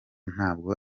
ntabwo